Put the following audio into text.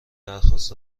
درخواست